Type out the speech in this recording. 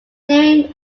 named